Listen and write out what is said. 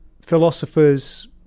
Philosophers